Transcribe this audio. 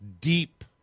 deep